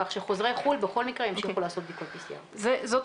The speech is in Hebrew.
כך שחוזרי חו"ל בכל מקרה ימשיכו לעשות בדיקות PCR. שאלה